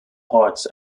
hearts